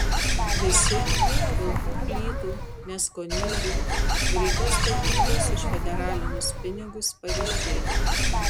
visi pilkų plytų neskoningi greitos statybos už federalinius pinigus pavyzdžiai